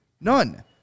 none